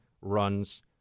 runs